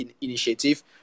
initiative